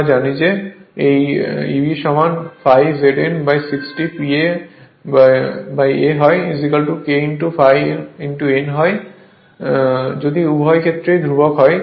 আমরা জানি যে এই Eb সমান ∅ ZN 60 P a K ∅ n হয় যদি উভয় ক্ষেত্রেই ধ্রুবক হয়